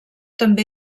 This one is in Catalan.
també